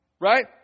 Right